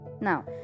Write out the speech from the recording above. Now